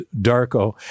Darko